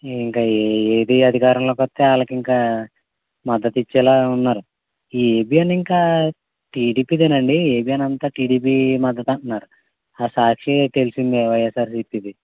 ఇంకా ఏ ఏదీ అధికారంలోకి వస్తే వాళ్ళకింక మద్దతిచ్చేలా ఉన్నారు ఈ ఏబీఎన్ ఇంకా టీడీపీ దేనాండి ఏబీఎన్ అంతా టీడీపీ మద్దతంటన్నారు ఆ సాక్షీ తెలిసిందే వైఎస్ఆర్సిపిది